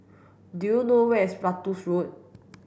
do you know where is Ratus Road